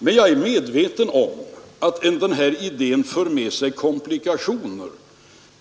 Men jag är medveten om att den här idén för med sig komplikationer.